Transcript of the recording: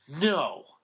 No